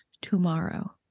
tomorrow